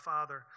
Father